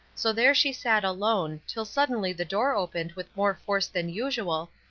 so there she sat alone, till suddenly the door opened with more force than usual,